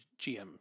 GM